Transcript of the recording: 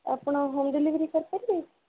ଆପଣ home delivery କରିପାରିବେ